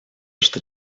что